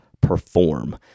perform